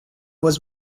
was